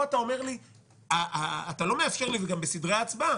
פה אתה לא מאפשר לי, גם בסדרי ההצבעה.